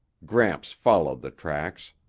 gramps followed the tracks.